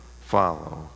follow